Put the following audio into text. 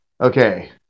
Okay